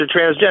transgender